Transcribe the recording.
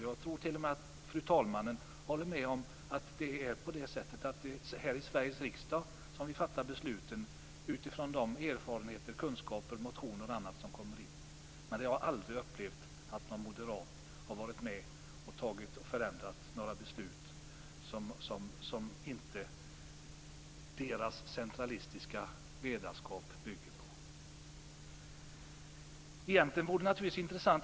Jag tror t.o.m. att fru talmannen håller med om att det är på det sättet. Det är här i Sveriges riksdag som vi fattar besluten utifrån de erfarenheter, motioner, kunskaper och annat som vi får. Men jag har aldrig upplevt att någon moderat har förändrat några beslut som inte deras centralistiska ledarskap bygger på.